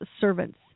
servants